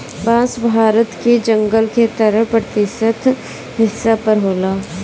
बांस भारत के जंगल के तेरह प्रतिशत हिस्सा पर होला